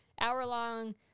hour-long